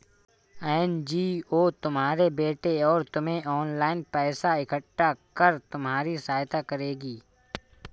NGO तुम्हारे बेटे और तुम्हें ऑनलाइन पैसा इकट्ठा कर तुम्हारी सहायता करेगी